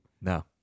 No